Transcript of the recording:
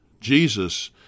Jesus